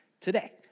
today